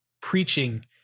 preaching